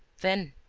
then.